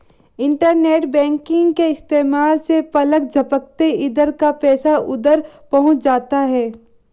internet banking के इस्तेमाल से पलक झपकते इधर का पैसा उधर पहुँच जाता है